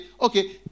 okay